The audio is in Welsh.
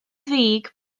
ddig